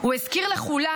הוא הזכיר לכולם